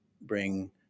bring